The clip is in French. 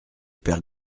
père